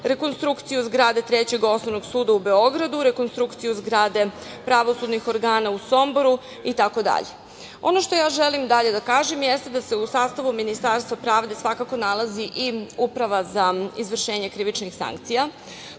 rekonstrukciju zgrade Trećeg osnovnog suda u Beogradu, rekonstrukciju zgrade pravosudnih organa u Somboru itd. Ono što ja želim dalje da kažem, jeste da se u sastavu Ministarstva pravde svakako nalazi i Uprava za izvršenje krivičnih sankcija,